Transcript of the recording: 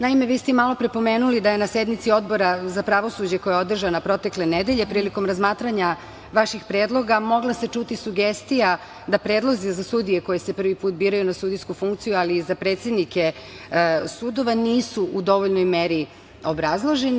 Naime, vi ste malopre pomenuli da je na sednici Odbora za pravosuđe koja je održana protekle nedelje, prilikom razmatranja vaših predloga mogla se čuti sugestija da predlozi za sudije koji se prvi put biraju na sudijsku funkciju, ali i za predsednike sudova, nisu u dovoljnoj meri obrazloženi.